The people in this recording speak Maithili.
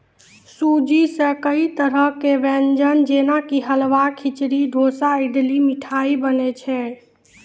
सूजी सॅ कई तरह के व्यंजन जेना कि हलवा, खिचड़ी, डोसा, इडली, मिठाई बनै छै